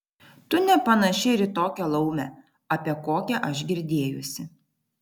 tu nepanaši ir į tokią laumę apie kokią aš girdėjusi